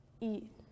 eat